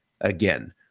again